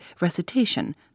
recitation